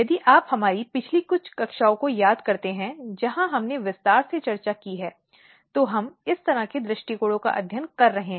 यदि आप हमारी पिछली कुछ कक्षाओं को याद करते हैं जहाँ हमने विस्तार से चर्चा की है तो हम किस तरह के दृष्टिकोणों का अध्ययन कर रहे हैं